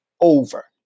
over